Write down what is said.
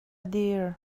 dir